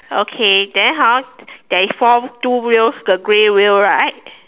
okay then hor there is four two wheels the grey wheel right